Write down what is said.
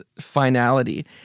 finality